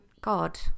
god